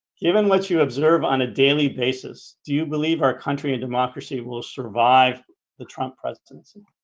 given what you observe on a daily basis, do you believe our country and democracy will survive the trump presidency?